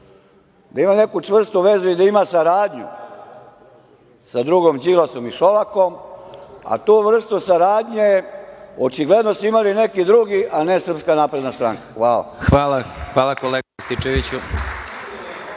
da ima neku čvrstu vezu i da ima saradnju sa drugom Đilasom i Šolakom, a tu vrstu saradnje očigledno su imali neki drugi, a ne Srpska napredna stranka. Hvala. **Vladimir Marinković**